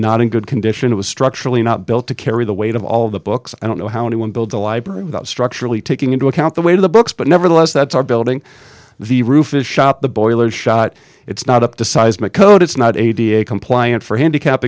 not in good condition it was structurally not built to carry the weight of all the books i don't know how anyone build a library that structurally taking into account the way the books but nevertheless that's our building the roof is shot the boiler is shot it's not up to seismic code it's not eighty eight compliant for handicapped